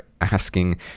asking